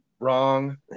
Wrong